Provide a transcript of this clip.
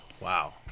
wow